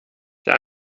der